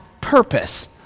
purpose